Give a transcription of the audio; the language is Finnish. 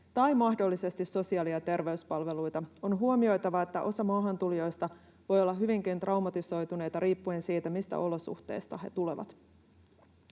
tai mahdollisesti sosiaali- ja terveyspalveluita. On huomioitava, että osa maahantulijoista voi olla hyvinkin traumatisoituneita riippuen siitä, mistä olosuhteista he tulevat.